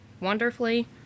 wonderfully